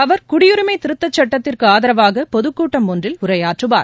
அவர் குடியுரிமை திருத்தச் சட்டத்திற்கு ஆதரவாக பொதுக்கூட்டம் ஒன்றில் உரையாற்றவார்